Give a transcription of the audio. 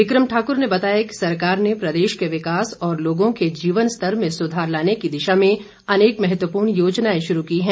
बिक्रम ठाक्र ने बताया कि सरकार ने प्रदेश के विकास और लोगों के जीवन स्तर में सुधार लाने की दिशा में अनेक महत्वपूर्ण योजनाए शुरू की हैं